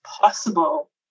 possible